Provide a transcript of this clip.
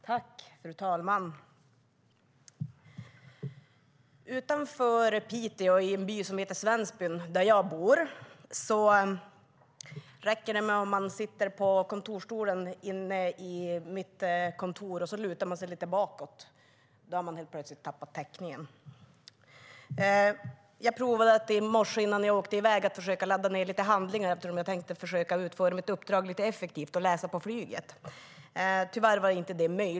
Fru talman! Utanför Piteå ligger en by som heter Svensbyn, där jag bor. Där räcker det med att jag sitter på en kontorsstol i mitt kontor och lutar mig bakåt. Då har jag plötsligt tappat täckningen. I morse innan jag åkte i väg därifrån provade jag att ladda ned lite handlingar. Jag tänkte försöka att utföra mitt uppdrag effektivt och läsa handlingarna på flyget.